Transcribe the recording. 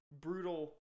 brutal